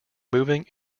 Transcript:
moving